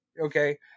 okay